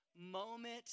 moment